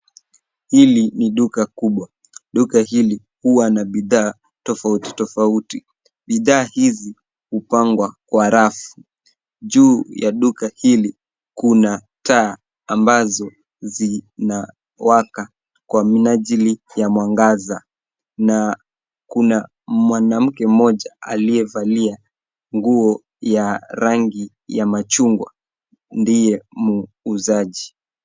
Hili ni duka kubwa. Duka hili huwa na bidhaa tofauti tofauti, bidhaa hizi hupagwa kwa rafu juu ya duka hili kuna taa ambazo zinawaka kwa minajili ya mwangaza na kuna mwanamke mmoja akiyevalia nguo ya rangi ya machugwa ndiye muhuzaji.